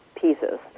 pieces